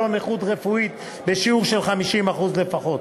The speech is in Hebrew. לו נכות רפואית בשיעור של 50% לפחות.